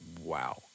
wow